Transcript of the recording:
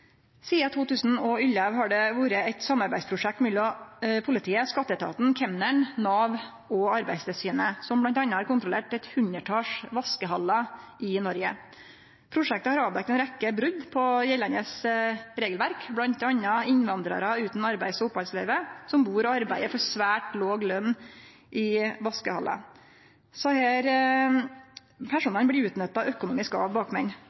Sidan 2011 har det vore eit samarbeidsprosjekt mellom politiet, skatteetaten, kemneren, Nav og Arbeidstilsynet, som bl.a. har kontrollert eit hundretal vaskehallar i Noreg. Prosjektet har avdekt ei rekkje brot på gjeldande regelverk, bl.a. innvandrarar utan arbeids- eller opphaldsløyve som bur og arbeider for svært låg løn i vaskehallar. Desse personane blir utnytta økonomisk av